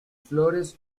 flores